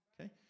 okay